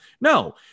No